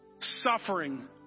suffering